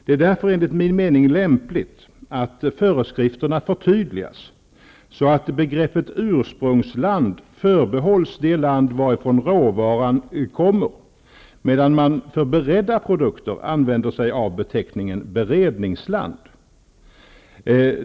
Det är därför enligt min mening lämpligt att föreskrifterna förtydligas så att begreppet ursprungsland förbehålls det land varifrån råvaran kommer, medan man för beredda produkter använder sig av beteckningen beredningsland.